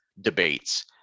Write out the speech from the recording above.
debates